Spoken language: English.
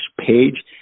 page